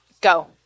Go